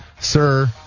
Sir